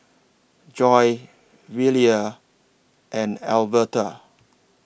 Joi Velia and Alverta